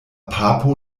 papo